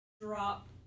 drop